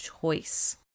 choice